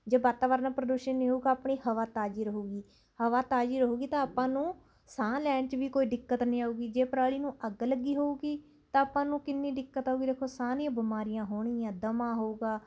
ਜੇ ਵਾਤਾਵਰਣ ਪ੍ਰਦੂਸ਼ਣ ਨਹੀਂ ਹੋਵੇਗਾ ਆਪਣੀ ਹਵਾ ਤਾਜ਼ੀ ਰਹੇਗੀ ਹਵਾ ਤਾਜ਼ੀ ਰਹੇਗੀ ਤਾਂ ਆਪਾਂ ਨੂੰ ਸਾਹ ਲੈਣ 'ਚ ਵੀ ਕੋਈ ਦਿੱਕਤ ਨਹੀਂ ਆਵੇਗੀ ਜੇ ਪਰਾਲੀ ਨੂੰ ਅੱਗ ਲੱਗੀ ਹੋਵੇਗੀ ਤਾਂ ਆਪਾਂ ਨੂੰ ਕਿੰਨੀ ਦਿੱਕਤ ਆਵੇਗੀ ਦੇਖੋ ਸਾਹ ਦੀਆਂ ਬਿਮਾਰੀਆਂ ਹੋਣਗੀਆਂ ਦਮਾ ਹੋਵੇਗਾ